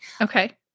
Okay